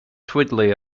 twiddly